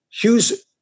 Hughes